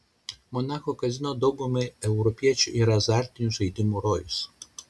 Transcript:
monako kazino daugumai europiečių yra azartinių žaidimų rojus